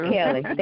Kelly